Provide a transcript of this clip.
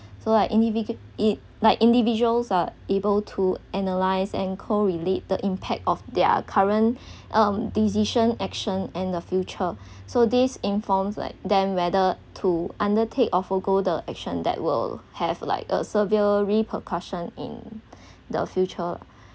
so I individi~ it like individuals are able to analyse and co-relate the impact of their current um decision action and the future so this informs like them whether to undertake or forgo the action that will have like a severe repercussions in the future